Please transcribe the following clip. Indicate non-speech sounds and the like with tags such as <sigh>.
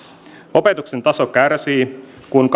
opetuksen taso kärsii kun <unintelligible>